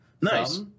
Nice